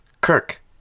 Kirk